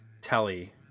telly